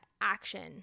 action